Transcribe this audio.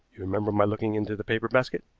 you remember my looking into the paper basket.